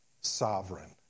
sovereign